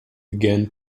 began